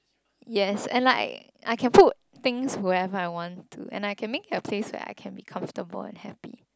yes and like I can put things whatever I want to and I can make a place where I can be comfortable and happy